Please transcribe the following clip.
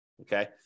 okay